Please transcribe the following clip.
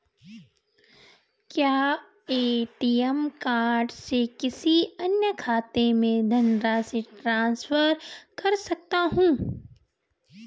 क्या ATM card से किसी अन्य खाते में धनराशि ट्रांसफर कर सकता हूँ?